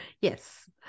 Yes